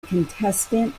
contestant